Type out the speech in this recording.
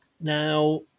Now